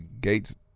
Gates